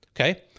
okay